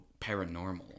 Paranormal